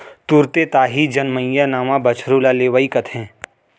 तुरते ताही जनमइया नवा बछरू ल लेवई कथें